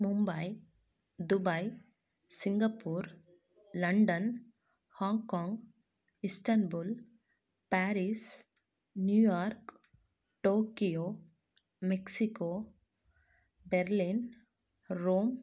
Mumbai Dubai Singapore London Hong Kong Istanbul Paris New York Tokyo Mexico Berlin Rome